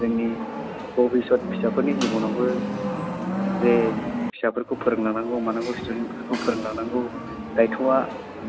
जोंनि बबिसद फिसाफोरनि जिब'नावबो बे फिसाफोरखौ फोरों लांनांगौ मानांगौ स्टुडेनफोरखौ फोरों लांनांगौ दायथ'आ